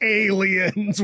aliens